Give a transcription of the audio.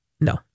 no